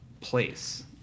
place